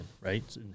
right